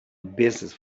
business